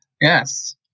Yes